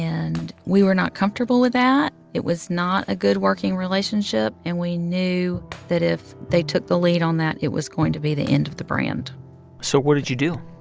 and we were not comfortable with that. it was not a good working relationship. and we knew that if they took the lead on that, it was going to be the end of the brand so what did you do?